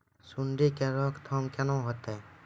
सुंडी के रोकथाम केना होतै?